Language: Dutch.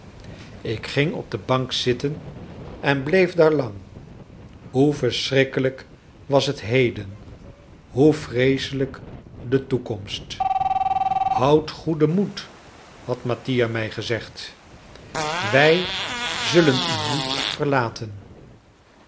ik ging op de bank zitten en bleef daar lang hoe verschrikkelijk was het heden hoe vreeselijk de toekomst houd goeden moed had mattia mij gezegd wij zullen u niet verlaten